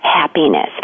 happiness